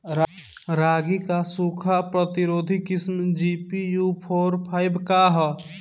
रागी क सूखा प्रतिरोधी किस्म जी.पी.यू फोर फाइव ह?